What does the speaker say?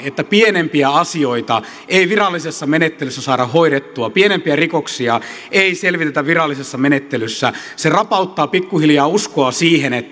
että pienempiä asioita ei virallisessa menettelyssä saada hoidettua pienempiä rikoksia ei selvitetä virallisessa menettelyssä se rapauttaa pikkuhiljaa uskoa siihen